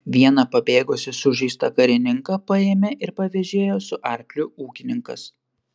vieną pabėgusį sužeistą karininką paėmė ir pavėžėjo su arkliu ūkininkas